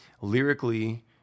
lyrically